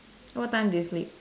what time do you sleep